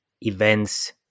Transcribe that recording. events